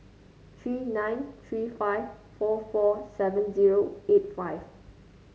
three nine three five four four seven zero eight five